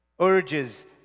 urges